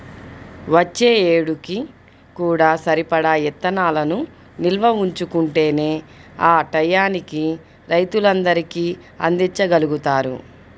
వచ్చే ఏడుకి కూడా సరిపడా ఇత్తనాలను నిల్వ ఉంచుకుంటేనే ఆ టైయ్యానికి రైతులందరికీ అందిచ్చగలుగుతారు